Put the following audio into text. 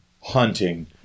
hunting